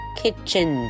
kitchen